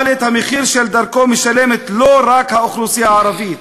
אבל את המחיר של דרכו משלמים לא רק האוכלוסייה הערבית,